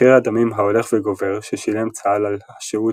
מחיר הדמים ההולך וגובר ששילם צה"ל על השהות